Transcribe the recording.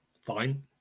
Fine